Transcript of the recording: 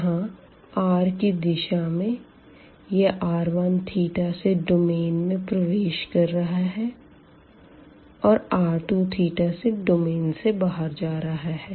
यहाँ r की दिशा में यह r1θ से डोमेन में प्रवेश कर रहा है और r2θ से डोमेन से बाहर जा रहा है